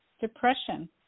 depression